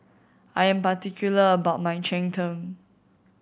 I am particular about my cheng tng